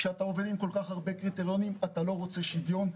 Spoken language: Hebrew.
כשאתה עובד עם כל כך הרבה קריטריונים אתה לא רוצה שוויון,